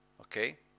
Okay